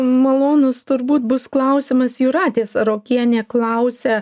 malonus turbūt bus klausimas jūratės ruokienė klausia